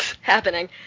happening